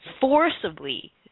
forcibly